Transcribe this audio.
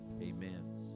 amen